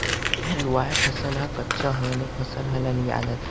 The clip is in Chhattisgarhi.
लूवाय फसल ह कच्चा होय ले फसल ह ललिया जाथे